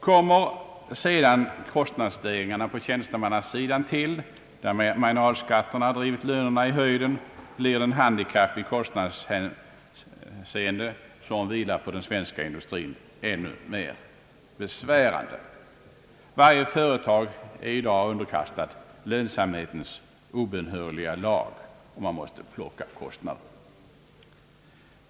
Kommer sedan kostnadsstegringarna på tjänstemannasidan till, där marginalskatterna har drivit lönerna i höjden, blir det handikapp i kostnadshänseende som vilar på den svenska industrin ännu mera besvärande. Varje företag är i dag underkastat lönsamhetens obönhörliga lag.